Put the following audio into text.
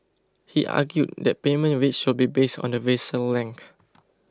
he argued that payment rates should be based on the vessel